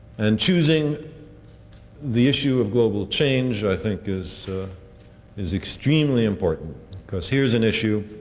and choosing the issue of global change i think is is extremely important because here's an issue